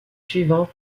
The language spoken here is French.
suivant